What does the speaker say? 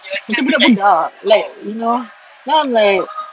macam budak-budak like you know then I'm like